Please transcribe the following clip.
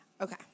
Okay